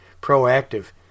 proactive